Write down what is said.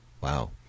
wow